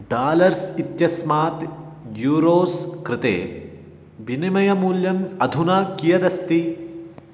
dollars इत्यस्मात् euros कृते विनिमयमूल्यम् अधुना कियदस्ति